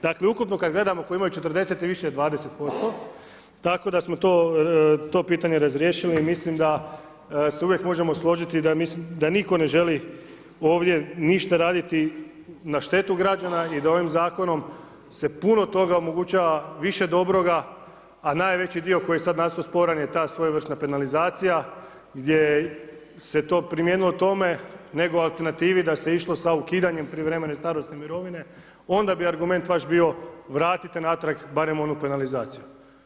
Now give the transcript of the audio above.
Dakle ukupno kada gledamo koji imaju 40 i više je 20% tako da smo to pitanje razriješili i mislim da se uvijek možemo složiti da nitko ne želi ovdje ništa raditi na štetu građana i da ovim zakonom se puno toga omogućava, više dobroga, a najveći dio koji je sad nastao sporan je ta svojevrsna penalizacija gdje se to primijenilo tome nego alternativi da se išlo sa ukidanjem prijevremene starosne mirovine, onda bi argument vaš bio vratite natrag barem onu penalizaciju.